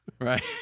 Right